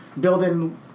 building